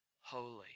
holy